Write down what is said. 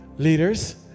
Leaders